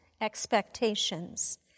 expectations